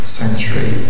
century